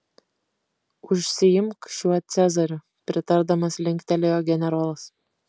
užsiimk šiuo cezariu pritardamas linktelėjo generolas